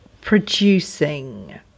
producing